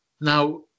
Now